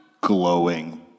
glowing